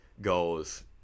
goes